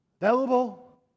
available